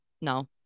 No